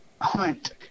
hunt